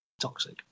Toxic